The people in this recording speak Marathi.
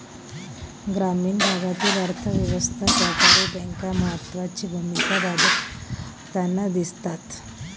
ग्रामीण भागातील अर्थ व्यवस्थेत सहकारी बँका महत्त्वाची भूमिका बजावताना दिसतात